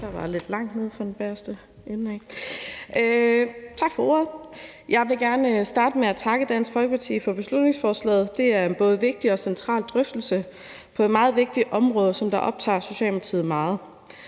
Jeg vil gerne starte med at takke Dansk Folkeparti for beslutningsforslaget. Det er en både vigtig og central drøftelse på et meget vigtigt område, som optager Socialdemokratiet meget.